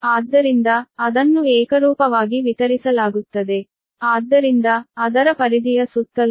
ಇದು ಅದರ ಪೆರಿಫೆರಿಯ ಸುತ್ತಲೂ ಏಕರೂಪವಾಗಿ ವಿತರಿಸಲ್ಪಡುತ್ತದೆ